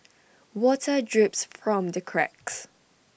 water drips from the cracks